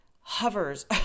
hovers